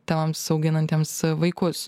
tėvams auginantiems vaikus